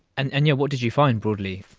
and and yeah, what did you find broadly?